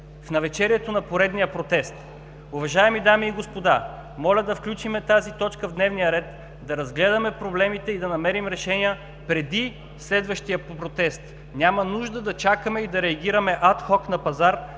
в навечерието на поредния протест. Уважаеми дами и господа, моля да включим тази точка в дневния ред, да разгледаме проблемите и да намерим решения преди следващия протест. Няма нужда да чакаме и да реагираме адхок на пожар.